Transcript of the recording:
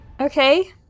Okay